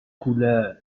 gula